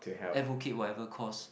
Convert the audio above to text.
advocate whatever cause